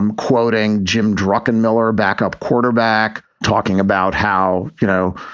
um quoting jim druckenmiller, backup quarterback, talking about how, you know,